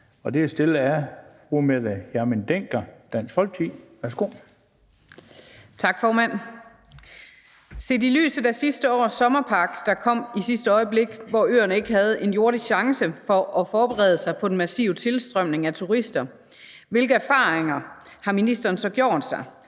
Værsgo. Kl. 17:06 Mette Hjermind Dencker (DF): Tak, formand. Set i lyset af sidste års sommerpakke, der kom i sidste øjeblik, hvor øerne ikke havde en jordisk chance for at forberede sig på den massive tilstrømning af turister, hvilke erfaringer har ministeren så gjort sig,